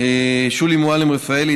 שולי מועלם-רפאלי,